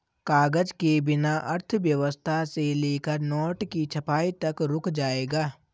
कागज के बिना अर्थव्यवस्था से लेकर नोट की छपाई तक रुक जाएगा